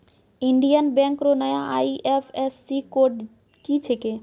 Indian bank रो नया IFSC code की छिकै